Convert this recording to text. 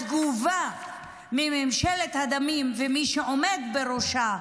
התגובה מממשלת הדמים ומי שעומד בראשה,